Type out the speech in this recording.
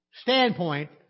standpoint